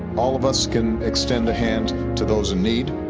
all of us can extend the hand to those in need.